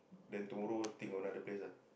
then tomorrow think of another place ah